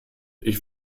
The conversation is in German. ich